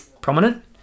prominent